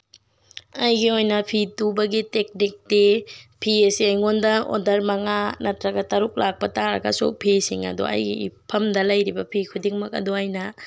ꯑꯩꯒꯤ ꯑꯣꯏꯅ ꯐꯤ ꯇꯨꯕꯒꯤ ꯇꯦꯛꯅꯤꯛꯇꯤ ꯐꯤ ꯑꯁꯦ ꯑꯩꯉꯣꯟꯗ ꯑꯣꯔꯗꯔ ꯃꯉꯥ ꯅꯠꯇ꯭ꯔꯒ ꯇꯔꯨꯛ ꯂꯥꯛꯄ ꯇꯥꯔꯒꯁꯨ ꯐꯤꯁꯤꯡ ꯑꯗꯣ ꯑꯩꯒꯤ ꯏꯐꯝꯗ ꯂꯩꯔꯤꯕ ꯐꯤ ꯈꯨꯗꯤꯡꯃꯛ ꯑꯗꯣ ꯑꯩꯅ